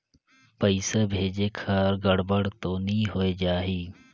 पइसा भेजेक हर गड़बड़ तो नि होए जाही?